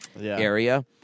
area